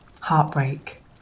heartbreak